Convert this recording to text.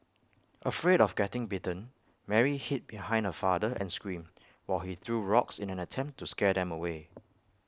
afraid of getting bitten Mary hid behind her father and screamed while he threw rocks in an attempt to scare them away